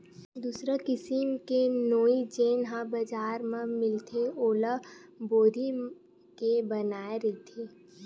दूसर किसिम के नोई जेन ह बजार म मिलथे ओला बोरी के बनाये रहिथे